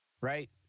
right